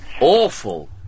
awful